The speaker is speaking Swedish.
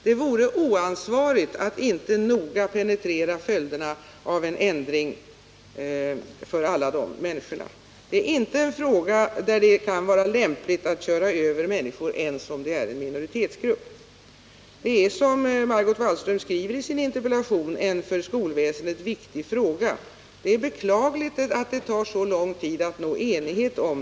Det vore oansvarigt att inte noga penetrera följderna av en ändring för alla dessa människor. Detta är inte en fråga där det är lämpligt att köra över människor, ens om de utgör en minoritetsgrupp. Detta är, som Margot Wallström skriver i sin interpellation, en för skolväsendet viktig fråga. Det är beklagligt att det tar så lång tid att nå enighet i frågan.